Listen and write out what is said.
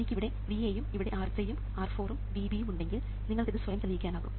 എനിക്ക് ഇവിടെ VA ഉം ഇവിടെ R3 ഉം R4 ഉം VB ഉം ഉണ്ടെങ്കിൽ നിങ്ങൾക്ക് ഇത് സ്വയം തെളിയിക്കാനാകും